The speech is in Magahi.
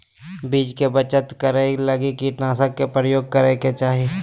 बीज के बचत करै लगी कीटनाशक के प्रयोग करै के चाही